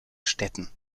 städten